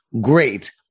great